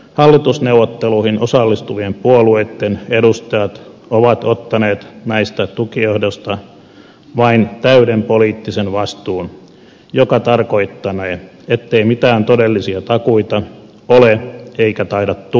hallitusneuvotteluihin osallistuvien puolueitten edustajat ovat ottaneet näistä tukiehdoista vain täyden poliittisen vastuun mikä tarkoittanee ettei mitään todellisia takuita ole eikä taida tullakaan